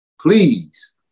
Please